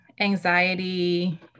anxiety